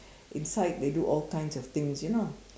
inside they do all kinds of things ya know